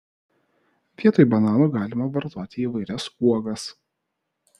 vietoj bananų galima vartoti įvairias uogas